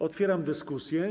Otwieram dyskusję.